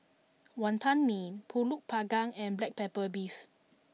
Wonton Mee Pulut Panggang and Black Pepper Beef